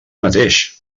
mateix